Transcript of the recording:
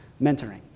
mentoring